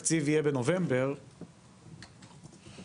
התקציב יהיה בנובמבר --- לא,